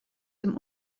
dem